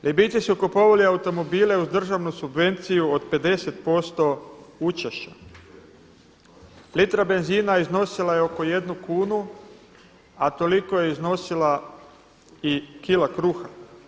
Libijci su kupovali automobile uz državnu subvenciju od 50% učešća, litra benzina iznosila je oko 1 kunu a toliko je iznosila i kila kruha.